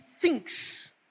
thinks